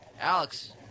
alex